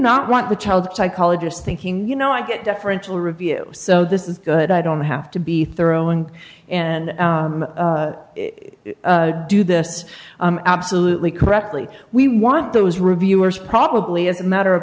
not want the child psychologist thinking you know i get deferential review so this is good i don't have to be thorough and and do this absolutely correctly we want those reviewers probably as a matter of